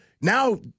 Now